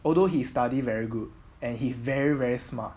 although he study very good and he very very smart